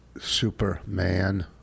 Superman